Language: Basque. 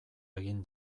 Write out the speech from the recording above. egin